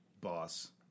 boss